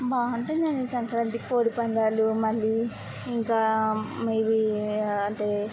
బాగుంటుందండి సంక్రాంతి కోడిపందాలు మళ్ళీ ఇంకా ఇవీ అంటే